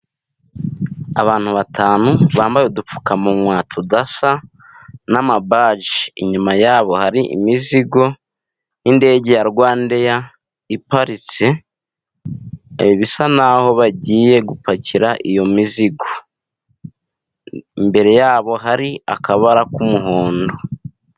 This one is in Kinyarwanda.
Abantu batanu bambaye udupfukamunwa tudasa n'amabaji, inyuma yabo hari imizigo yindege ya Rwandeya iparitse bisa naho bagiye gupakira iyo mizigo, imbere yabo hari akabara k'umuhondo.